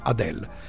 Adele